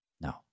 no